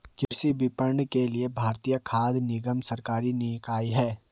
कृषि विपणन के लिए भारतीय खाद्य निगम सरकारी निकाय है